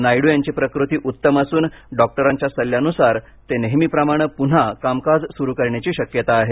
नायडू यांची प्रकृती उत्तम असून डॉक्टरांच्या सल्ल्यानुसार ते नेहमीप्रमाणे पुन्हा कामकाज सुरु करण्याची शक्यता आहे